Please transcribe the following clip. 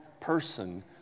person